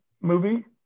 movie